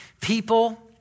people